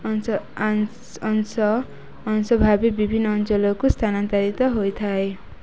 ଅଂଶ ଅଂଶ ଅଂଶ ଭାବେ ବିଭିନ୍ନ ଅଞ୍ଚଳକୁ ସ୍ଥାନାନ୍ତରିତ ହୋଇଥାଏ